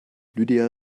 lydia